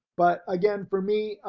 but again for me,